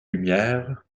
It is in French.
lumière